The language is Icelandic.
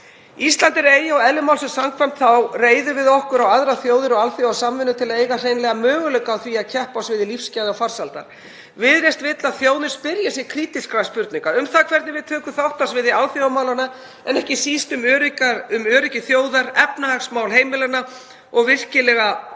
Ísland er eyja og eðli málsins samkvæmt reiðum við okkur á aðrar þjóðir og alþjóðasamvinnu til að eiga hreinlega möguleika á því að keppa á sviði lífsgæða og farsældar. Viðreisn vill að þjóðin spyrji sig krítískra spurninga um það hvernig við tökum þátt á sviði alþjóðamálanna en ekki síst um öryggi þjóðar, efnahagsmál heimilanna og virkilega